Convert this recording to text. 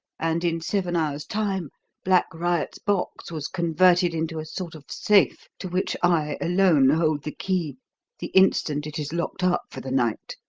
and in seven hours' time black riot's box was converted into a sort of safe, to which i alone hold the key the instant it is locked up for the night.